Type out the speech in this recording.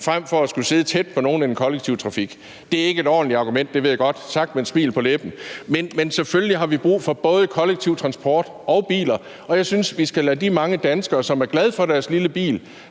frem for at skulle sidde tæt på nogen i den kollektive trafik. Det er ikke et ordentligt argument, det ved jeg godt, og det var sagt med et smil på læben. Men selvfølgelig har vi brug for både kollektiv transport og biler, og jeg synes, at vi skal lade de mange danskere, som er glade for deres lille bil,